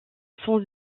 sans